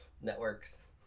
networks